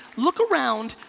look around,